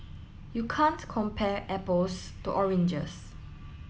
you can't compare apples to oranges